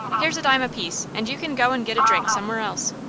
here's a dime apiece, and you can go and get a drink somewhere else.